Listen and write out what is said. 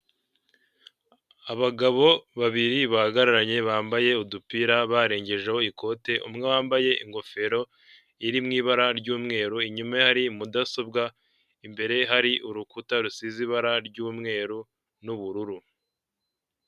Abagabo babiri bahagararanye bambaye udupira barengejeho ikote, umwe wambaye ingofero iri mu ibara ry'umweru, inyuma ye hari mudasobwa, imbere hari urukuta rusize ibara ry'umweru n'ubururu.